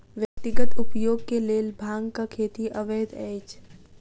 व्यक्तिगत उपयोग के लेल भांगक खेती अवैध अछि